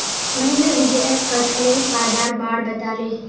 महेंद्र विजयक कठहलेर फायदार बार बताले